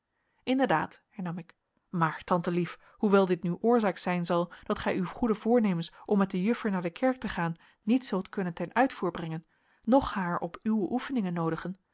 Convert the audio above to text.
inderdaad hernam ik maar tante lief hoewel dit nu oorzaak zijn zal dat gij uw goede voornemens om met de juffer naar de kerk te gaan niet zult kunnen ten uitvoer brengen noch haar op uwe oefeningen noodigen